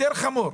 יותר חמור: